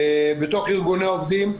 בתוך ארגוני העובדים,